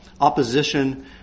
opposition